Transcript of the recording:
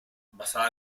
basada